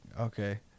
okay